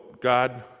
God